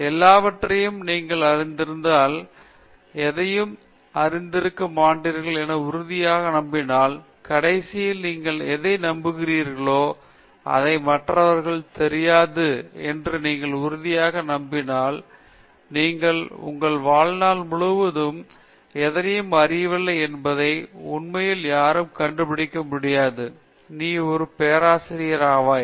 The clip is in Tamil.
எல்லாவற்றையும் நீங்கள் அறிந்திருந்தால் நீங்கள் எதையும் அறிந்திருக்க மாட்டீர்கள் என உறுதியாக நம்பினால் கடைசியில் நீங்கள் எதை நம்புகிறீர்களோ அதை மற்றவர்களுக்கு தெரியாது என்று நீங்கள் உறுதியாக நம்பினால் நீங்கள் உங்கள் வாழ்நாள் முழுவதும் நீங்கள் எதனையும் அறியவில்லை என்பதை உண்மையில் யாரும் கண்டுபிடிக்க முடியாது நீ ஒரு பேராசிரியராவாய்